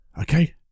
Okay